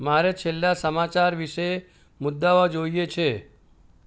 મારે છેલ્લા સમાચાર વિશે મુદ્દાઓ જોઈએ છે